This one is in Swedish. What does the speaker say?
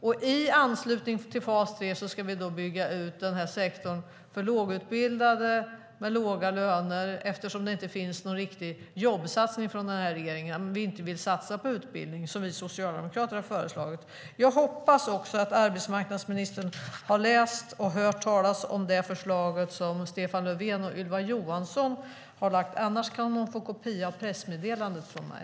Och i anslutning till fas 3 ska vi bygga ut sektorn för lågutbildade med låga löner, eftersom det inte finns någon riktig jobbsatsning från den här regeringen. Man vill inte satsa på utbildning, som vi socialdemokrater har föreslagit. Jag hoppas att arbetsmarknadsministern har läst och hört talas om det förslag som Stefan Löfven och Ylva Johansson har lagt fram. Annars kan hon få en kopia av pressmeddelandet från mig.